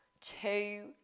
two